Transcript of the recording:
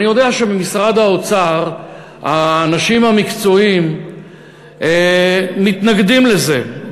אני יודע שבמשרד האוצר האנשים המקצועיים מתנגדים לזה,